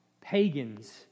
Pagans